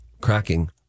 Cracking